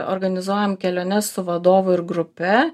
organizuojam keliones su vadovu ir grupe